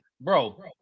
bro